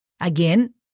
again